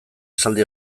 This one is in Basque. esaldi